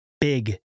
big